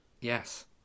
Yes